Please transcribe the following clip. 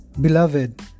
Beloved